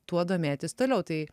tuo domėtis toliau tai